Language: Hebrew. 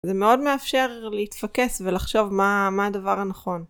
זה מאוד מאפשר להתפקס ולחשוב מה..מה הדבר הנכון.